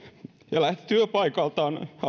ja lähti työpaikaltaan